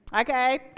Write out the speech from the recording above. Okay